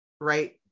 right